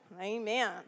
Amen